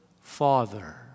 Father